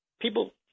people